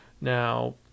Now